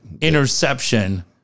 interception